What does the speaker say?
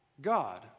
God